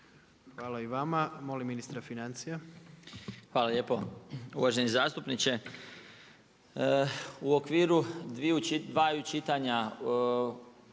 Hvala i vama. Molim ministra financija. **Marić, Zdravko** Hvala lijepa. Uvaženi zastupniče. U okviru dvaju čitanja